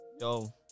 Yo